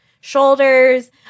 shoulders